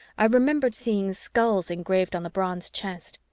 i remembered seeing skulls engraved on the bronze chest.